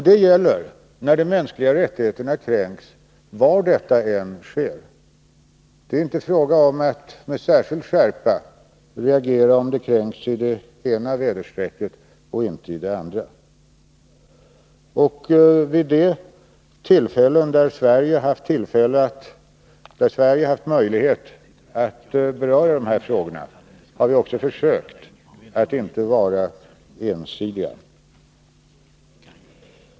Det gäller när de mänskliga rättigheterna kränks var detta än sker. Det är inte fråga om att med särskild skärpa reagera om de kränks i det ena väderstrecket och inte i det andra. Vid de tillfällen då Sverige har haft möjlighet att beröra dessa frågor har vi också försökt att inte vara ensidiga.